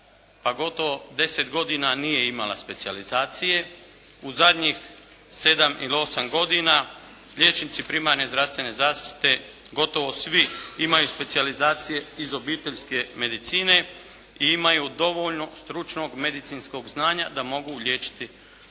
gotovo 10 godina nije imala specijalizacije. U zadnjih 7 ili 8 godina liječnici primarne zdravstvene zaštite gotovo svi imaju specijalizacije iz obiteljske medicine i imaju dovoljno stručnog medicinskog znanja da mogu liječiti ljude.